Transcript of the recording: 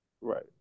Right